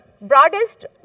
broadest